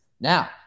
Now